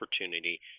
opportunity